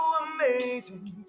amazing